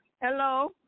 Hello